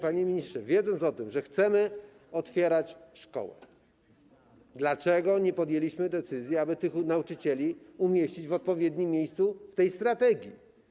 Panie ministrze, wiedząc o tym, że chcemy otwierać szkoły, dlaczego nie podjęliśmy decyzji, aby nauczycieli umieścić w odpowiednim miejscu w tej strategii?